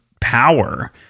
power